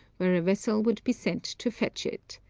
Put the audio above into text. where a vessel would be sent to fetch it.